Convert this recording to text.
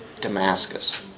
Damascus